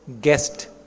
guest